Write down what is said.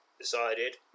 decided